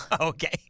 Okay